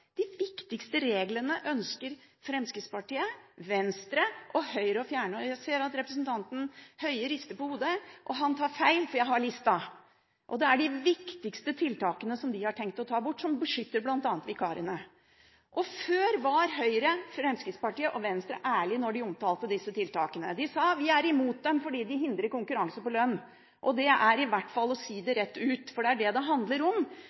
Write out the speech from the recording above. De viktigste reglene ønsker Fremskrittspartiet, Venstre og Høyre å fjerne. Jeg ser at representanten Høie rister på hodet, men han tar feil, for jeg har lista. Det er de viktigste tiltakene de har tenkt å ta bort, som bl.a. beskytter vikarene. Før var Høyre, Fremskrittspartiet og Venstre ærlige når de omtalte disse tiltakene. De sa: Vi er imot dem fordi de hindrer konkurranse på lønn. Det er i hvert fall å si det rett ut, for det er det det handler om. Det handler om